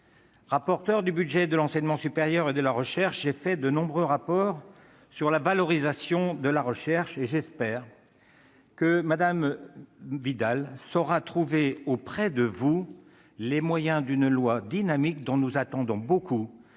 Rapporteur du budget de l'enseignement supérieur et de la recherche, j'ai rédigé de nombreux rapports sur la valorisation de la recherche. J'espère que Mme la ministre Frédérique Vidal saura trouver auprès de vous les moyens d'une loi dynamique, dont nous attendons beaucoup.